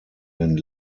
den